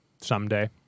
Someday